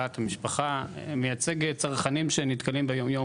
אני מייצג צרכנים שנתקלים ביום-יום